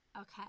okay